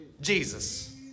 Jesus